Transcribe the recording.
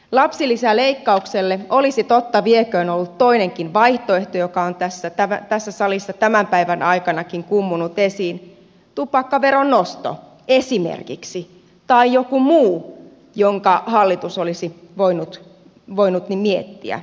lapsilisäleikkaukselle olisi totta vieköön ollut toinenkin vaihtoehto joka on tässä salissa tämänkin päivän aikana kummunnut esiin tupakkaveron nosto esimerkiksi tai joku muu jonka hallitus olisi voinut miettiä